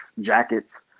jackets